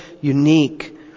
unique